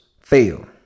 fail